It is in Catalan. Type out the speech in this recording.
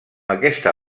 aquesta